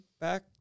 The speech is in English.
back